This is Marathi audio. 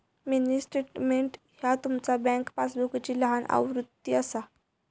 मिनी स्टेटमेंट ह्या तुमचा बँक पासबुकची लहान आवृत्ती असता